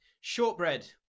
Shortbread